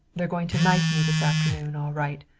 they're going to knife me this afternoon, all right.